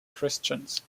christians